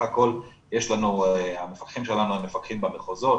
הכל המפקחים שלנו הם מפקחים במחוזות,